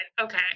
Okay